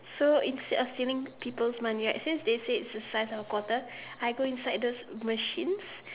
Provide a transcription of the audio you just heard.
so instead of stealing peoples money right since they said its the size of a quarter I go inside those machines